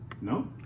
No